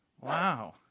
Wow